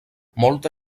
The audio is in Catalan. molta